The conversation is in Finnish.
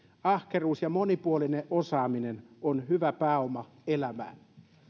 ahkeruus ja monipuolinen osaaminen ovat hyvä pääoma elämään